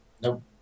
Nope